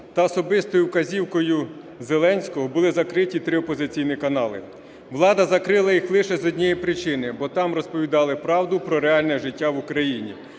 та особистою вказівкою Зеленського були закриті три опозиційні канали. Влада закрила їх лише з однієї причини: бо там розповідали правду про реальне життя в Україні.